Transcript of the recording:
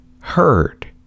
heard